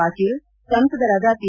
ಪಾಟೀಲ್ ಸಂಸದರಾದ ಪಿ